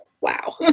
wow